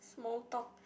small talk